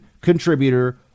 contributor